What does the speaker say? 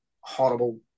horrible